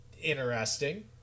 interesting